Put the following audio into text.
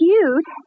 Cute